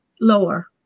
lower